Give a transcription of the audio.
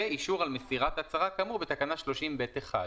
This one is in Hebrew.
ואישור על מסירת הצהרה כאמור בתקנה 30(ב1).